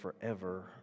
forever